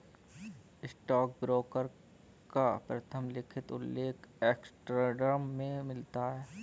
stockbroker का प्रथम लिखित उल्लेख एम्स्टर्डम में मिलता है